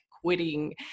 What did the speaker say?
quitting